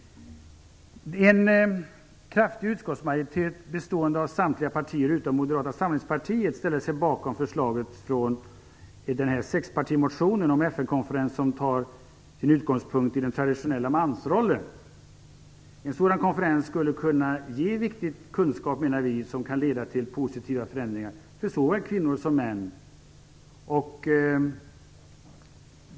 En kraftig utskottsmajoritet bestående av samtliga partier utom Moderata samlingspartiet ställer sig bakom förslaget från sexpartimotionen om en FN konferens som skall ta sin utgångspunkt i den traditionella mansrollen. En sådan konferens skulle kunna ge viktig kunskap som kan leda till positiva förändringar för såväl kvinnor som män.